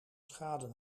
schade